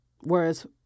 whereas